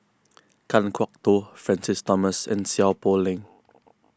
Kan Kwok Toh Francis Thomas and Seow Poh Leng